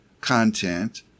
content